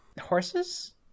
Horses